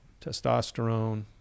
Testosterone